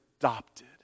adopted